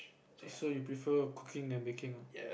so you prefer cooking than baking ah